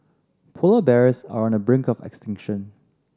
polar bears are on the brink of extinction